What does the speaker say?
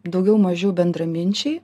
daugiau mažiau bendraminčiai